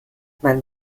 mein